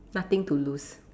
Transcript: nothing to lose